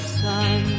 sun